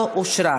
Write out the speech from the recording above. לא אושרה.